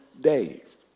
days